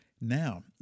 Now